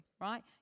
right